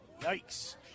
yikes